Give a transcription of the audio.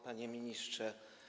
Panie Ministrze!